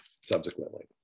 subsequently